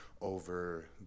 over